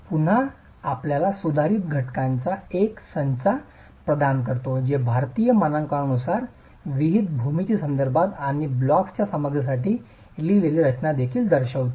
पुन्हा आपल्याला सुधारित घटकांचा एक संचा प्रदान करतो जो भारतीय मानकांनुसार विहित भूमिती संदर्भात आणि ब्लॉक्सच्या सामग्रीसाठी लिहिलेली रचना देखील दर्शवितो